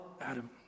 Adam